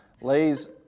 Lay's